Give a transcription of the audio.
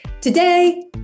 Today